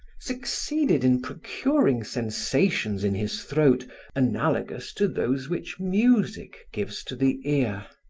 succeeded in procuring sensations in his throat analogous to those which music gives to the ear.